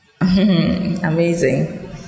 Amazing